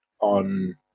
on